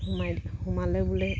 সোমাই সোমালে বোলে